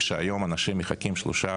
כשהיום אנשים מחכים שלושה,